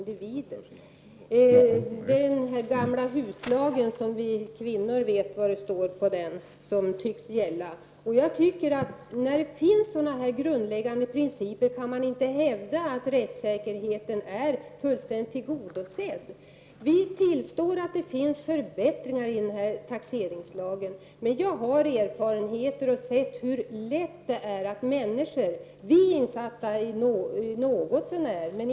Det är den gamla huslagen — och vi kvinnor vet vad som står där — som tycks gälla. Med tanke på de grundläggande principerna i detta sammanhang kan man inte hävda att rättssäkerheten är tillgodosedd. Vi tillstår att det finns förbättringar i taxeringslagen. Men jag har erfarenhet av hur det kan vara och vet att det är lätt att vanliga människor drabbas.